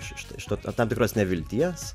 iš tam tikros nevilties